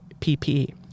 PPE